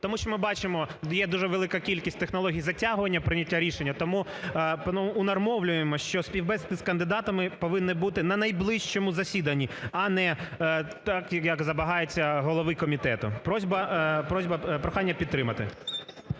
Тому що ми бачимо, є дуже велика кількість технологій затягування прийняття рішень. Тому унормовлюємо, що співбесіди з кандидатами повинні бути на найближчому засіданні, а не так, як забагається голові комітету. Просьба… прохання підтримати.